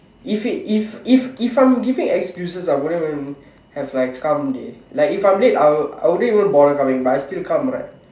if it if if if I am giving excuses I wouldn't even have like come dey if I am late I wouldn't even bother coming but I still come right